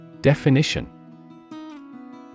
Definition